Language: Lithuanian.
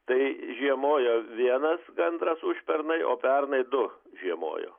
tai žiemojo vienas gandras užpernai o pernai du žiemojo